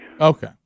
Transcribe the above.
Okay